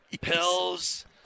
pills